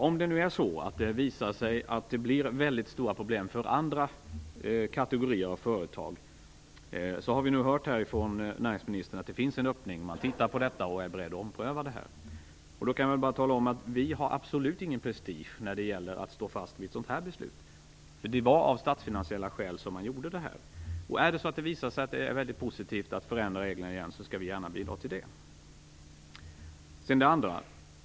Om det nu visar sig att det uppstår väldigt stora problem för andra kategorier av företag finns det en öppning. Det har vi hört från näringsministern. Man tittar på detta och är beredd att ompröva det. Låt mig då tala om att det för oss inte ligger någon prestige i att stå fast vid ett sådant här beslut. Detta gjordes av statsfinansiella skäl. Visar det sig att det skulle vara positivt att förändra reglerna igen skall vi gärna bidra till det. Sedan har vi det andra.